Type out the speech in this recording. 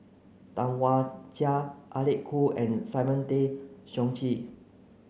Tam Wai Jia Alec Kuok and Simon Tay Seong Chee